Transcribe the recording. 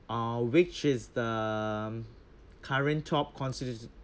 uh which is the uh current top conside~